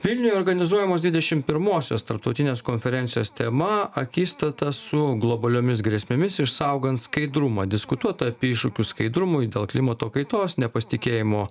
vilniuje organizuojamos dvidešimt pirmosios tarptautinės konferencijos tema akistata su globaliomis grėsmėmis išsaugant skaidrumą diskutuota apie iššūkius skaidrumui dėl klimato kaitos nepasitikėjimo